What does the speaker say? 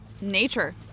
nature